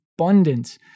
abundance